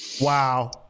Wow